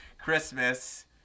Christmas